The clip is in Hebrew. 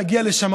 להגיע לשם,